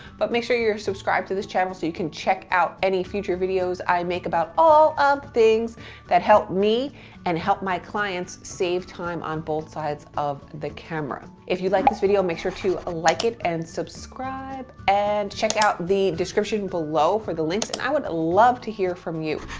but make sure you're subscribed to this channel so you can check out any future videos i make about all of the things that help me and help my clients save time on both sides of the camera. if you like this video, make sure to ah like it and subscribe, and check out the description below for the links and i would love to hear from you.